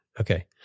Okay